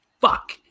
fuck